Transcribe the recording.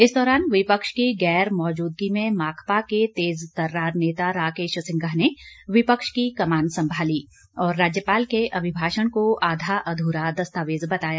इस दौरान विपक्ष की गैर मौजूदगी में माकपा के तेज तर्रार नेता राकेश सिंघा ने विपक्ष की कमान संभाली और राज्यपाल के अमिभाषण को आधा अध्रा दस्तावेज बताया